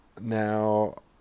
now